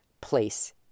place